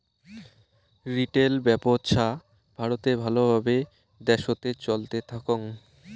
retail ব্যপছা ভারতে ভাল ভাবে দ্যাশোতে চলতে থাকং